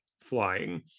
flying